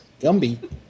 Gumby